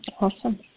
Awesome